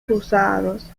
cruzados